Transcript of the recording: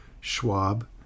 Schwab